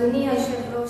אדוני היושב-ראש,